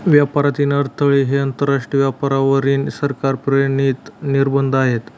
व्यापारातील अडथळे हे आंतरराष्ट्रीय व्यापारावरील सरकार प्रेरित निर्बंध आहेत